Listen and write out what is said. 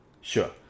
Sure